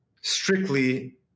strictly